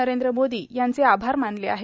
नरेंद्र मोदी यांचे आभार मानले आहेत